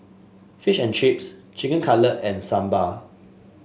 Fish and Chips Chicken Cutlet and Sambar